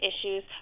issues